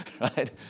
right